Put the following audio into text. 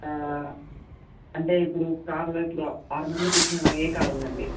అంటే ఇప్పుడు కార్లో ఇప్పుడు ఆరు మంది కూర్చునేలాగ ఏ కార్ ఉందండి